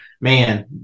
man